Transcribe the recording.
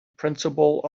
principle